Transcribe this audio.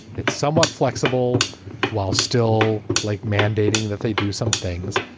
it's somewhat flexible while still like mandating that they do some things.